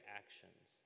actions